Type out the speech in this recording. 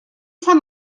sap